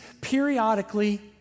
periodically